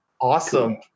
Awesome